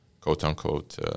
quote-unquote